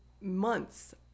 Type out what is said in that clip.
months